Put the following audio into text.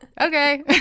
Okay